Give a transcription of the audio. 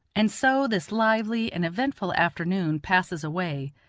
and so this lively and eventful afternoon passes away,